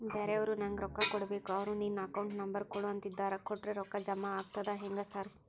ಬ್ಯಾರೆವರು ನಂಗ್ ರೊಕ್ಕಾ ಕೊಡ್ಬೇಕು ಅವ್ರು ನಿನ್ ಅಕೌಂಟ್ ನಂಬರ್ ಕೊಡು ಅಂತಿದ್ದಾರ ಕೊಟ್ರೆ ರೊಕ್ಕ ಜಮಾ ಆಗ್ತದಾ ಹೆಂಗ್ ಸಾರ್?